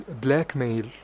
Blackmail